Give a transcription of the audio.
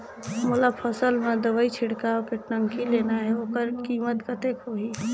मोला फसल मां दवाई छिड़काव के टंकी लेना हे ओकर कीमत कतेक होही?